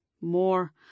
More